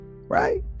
right